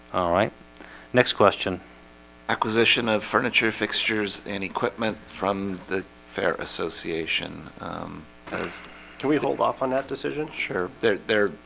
all right next question acquisition of furniture fixtures and equipment from the fair association as can we hold off on that decision sure. they're there.